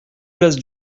place